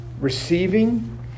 Receiving